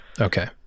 Okay